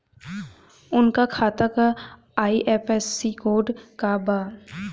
उनका खाता का आई.एफ.एस.सी कोड का बा?